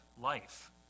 life